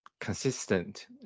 consistent